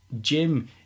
Jim